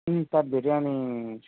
sir biryani షాపేనా sir